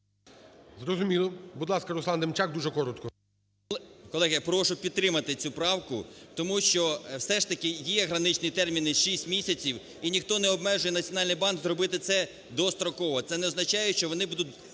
Зрозуміло. Будь ласка, Руслан Демчак. Дуже коротко. 17:05:41 ДЕМЧАК Р.Є. Колеги, прошу підтримати цю правку, тому що все ж таки є граничний термін 6 місяців, і ніхто не обмежує Національний банк зробити це достроково. Це не означає, що вони будуть